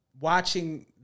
watching